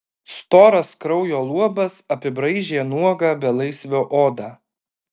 storas kraujo luobas apibraižė nuogą belaisvio odą